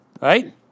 Right